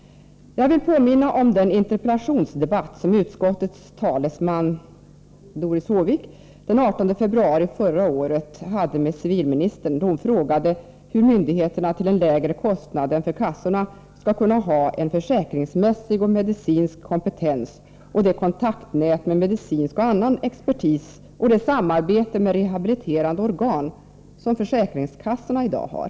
Jag vill påminna om den interpellationsdebatt som utskottets talesman, Doris Håvik, den 18 februari förra året hade med civilministern. Hon frågade då hur myndigheterna till en lägre kostnad än för kassorna skall kunna ha en försäkringsmässig och medicinsk kompetens samt det kontaktnät med medicinsk och annan expertis och det samarbete med rehabiliterande organ som försäkringskassorna i dag har.